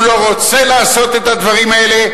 הוא לא רוצה לעשות את הדברים האלה,